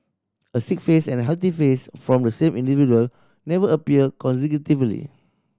a sick face and healthy face from the same individual never appeared consecutively